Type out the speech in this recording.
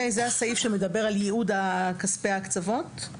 זה הסעיף שמדבר על ייעוד כספי הקצבות,